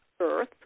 earth